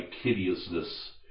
hideousness